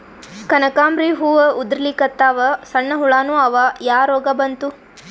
ಕನಕಾಂಬ್ರಿ ಹೂ ಉದ್ರಲಿಕತ್ತಾವ, ಸಣ್ಣ ಹುಳಾನೂ ಅವಾ, ಯಾ ರೋಗಾ ಬಂತು?